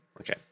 Okay